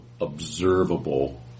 observable